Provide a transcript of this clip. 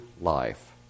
life